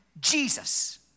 Jesus